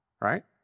right